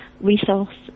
resource